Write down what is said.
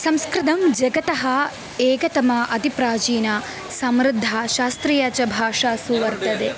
संस्कृतं जगतः एकतमा अतिप्राचीना समृद्धा शास्त्रीया च भाषासु वर्तते